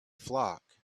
flock